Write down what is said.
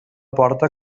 porta